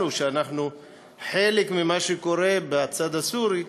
שאנחנו חלק ממה שקורה בצד הסורי,